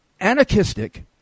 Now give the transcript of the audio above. anarchistic